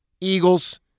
Eagles